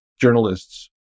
Journalists